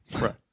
Right